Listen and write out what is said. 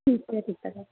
ठीकु आहे ठीकु आहे दादा